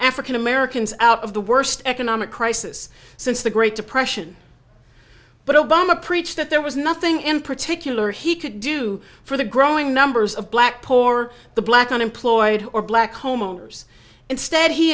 african americans out of the worst economic crisis since the great depression but obama preached that there was nothing in particular he could do for the growing numbers of black poor the black unemployed or black homeowners instead he